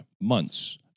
months